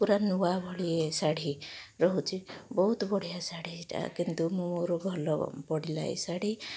ପୂରା ନୂଆଭଳି ଶାଢ଼ୀ ରହୁଛି ବହୁତ ବଢ଼ିଆ ଶାଢ଼ୀ ଏଇଟା କିନ୍ତୁ ମୋର ଭଲ ପଡ଼ିଲା ଏଇଶାଢ଼ୀ